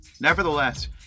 Nevertheless